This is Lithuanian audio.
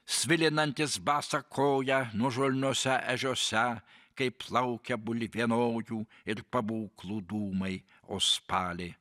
svilinantis basą koją nuožulniose ežiose kai plaukia bulvienojų ir pabūklų dūmai o spali